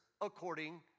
according